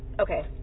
okay